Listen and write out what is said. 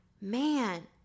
man